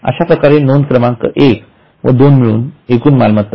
अश्या प्रकारे नोंद क्रमांक एक व दोन मिळून एकूण मालमत्ता आहेत